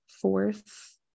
fourth